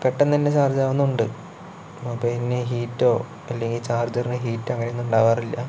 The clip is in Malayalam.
പെട്ടന്നെന്നെ ചാർജാവുന്നുണ്ട് പിന്നെ ഹീറ്റോ അല്ലെങ്കിൽ ചാർജ്ജർനു ഹീറ്റോ അങ്ങനെ ഒന്നും ഉണ്ടാവാറില്ല